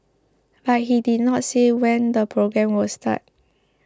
but he did not say when the programme would start